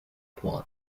puan